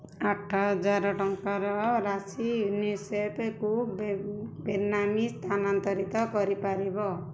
ଆଠ ହଜାର ଟଙ୍କାର ରାଶି ୟୁନିସେଫ୍କୁ ବେନାମୀ ସ୍ଥାନାନ୍ତରିତ କରିପାରିବ